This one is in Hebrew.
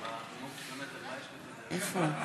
איפה?